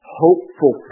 hopeful